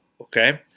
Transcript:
Okay